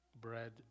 bread